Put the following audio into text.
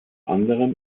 anderem